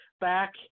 back